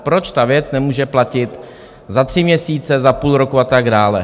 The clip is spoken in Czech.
Proč ta věc nemůže platit za tři měsíce, za půl roku a tak dále?